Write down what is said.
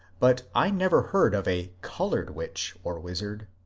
but i never heard of a coloured witch or wizard.